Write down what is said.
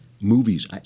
movies